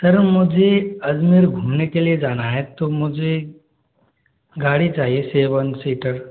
sir मुझे अजमेर घूमने के लिए जाना है तो मुझे गाड़ी चाहिए सेवन सीटर